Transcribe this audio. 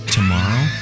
Tomorrow